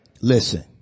Listen